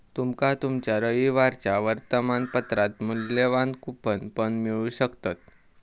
तुमका तुमच्या रविवारच्या वर्तमानपत्रात मुल्यवान कूपन पण मिळू शकतत